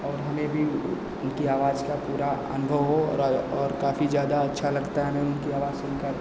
और हमें भी उनकी आवाज़ का पूरा अनुभव हो और काफी ज़्यादा अच्छा लगता हैं हमें उनकी आवाज़ सुनकर